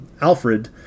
Alfred